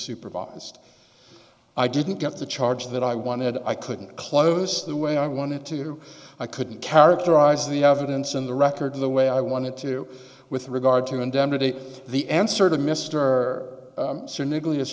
supervised i didn't get the charge that i wanted i couldn't close the way i wanted to i couldn't characterize the evidence in the record in the way i wanted to with regard to indemnity the answer to mr cynically